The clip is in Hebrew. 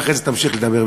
ואחרי זה תמשיך לדבר,